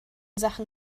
sachen